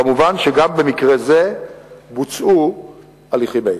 כמובן שגם במקרה זה בוצעו הליכים אלה.